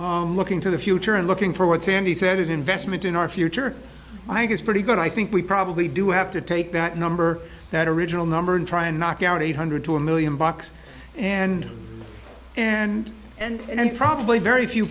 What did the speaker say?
think looking to the future and looking for what sandy said investment in our future i guess pretty good i think we probably do have to take that number that original number and try and knock out eight hundred to a million bucks and and and then probably very few